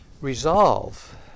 Resolve